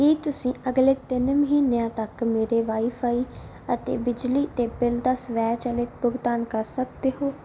ਕੀ ਤੁਸੀਂਂ ਅਗਲੇ ਤਿੰਨ ਮਹੀਨਿਆਂ ਤੱਕ ਮੇਰੇ ਵਾਈ ਫ਼ਾਈ ਅਤੇ ਬਿਜਲੀ ਦੇ ਬਿੱਲ ਦਾ ਸਵੈਚਲਿਤ ਭੁਗਤਾਨ ਕਰ ਸਕਦੇ ਹੋ